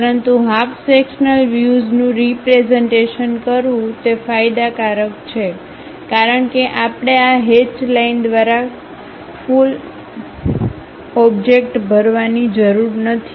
પરંતુ half sectional વ્યુઝનું representation કરવું તે ફાયદાકારક છે કારણ કે આપણે આ હેચ લાઈન દ્વારા ફુલ ઓબ્જેક્ટ ભરવાની જરૂર નથી